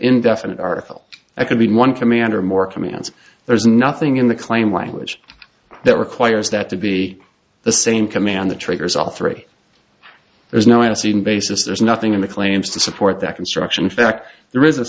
indefinite article i could be one commander more commands there's nothing in the claim language that requires that to be the same command that triggers all three there's no a scene basis there's nothing in the claims to support that construction fact there is a